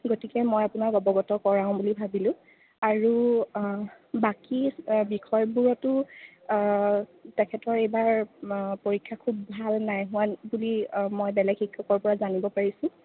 গতিকে মই আপোনাক অৱগত কৰাও বুলি ভাবিলোঁ আৰু বাকী বিষয়বোৰতো তেখেতৰ এইবাৰ পৰীক্ষা খুব ভাল নাই হোৱা বুলি মই বেলেগ শিক্ষকৰ পৰা জানিব পাৰিছোঁ